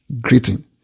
greeting